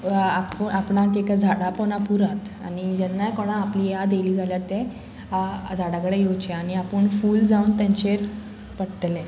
पूण आपूण एका झाडां पोंदा पुरात आनी जेन्नाय कोणा आपली याद येयली जाल्यार ते झाडाकडेन येवचें आनी आपूण फूल जावन तेंचेर पडटलें